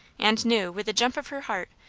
and knew, with a jump of her heart,